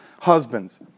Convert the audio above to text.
husbands